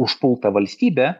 užpultą valstybę